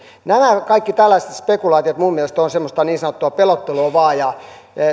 nämä kaikki tällaiset spekulaatiot minun mielestäni ovat semmoista niin sanottua pelottelua vain ja